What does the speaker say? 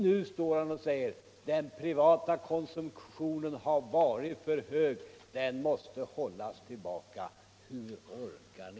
Nu stär han och säger: Den privata konsumtionen har varit för hög — den mäåste hållas tillbaka. Hur orkar ni?